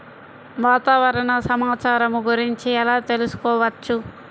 వాతావరణ సమాచారము గురించి ఎలా తెలుకుసుకోవచ్చు?